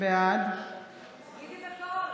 בעד ג'ידא